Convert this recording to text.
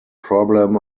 problem